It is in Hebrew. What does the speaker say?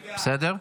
תודה.